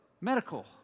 medical